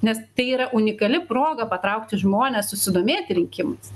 nes tai yra unikali proga patraukti žmones susidomėti rinkimais